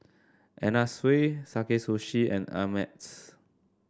Anna Sui Sakae Sushi and Ameltz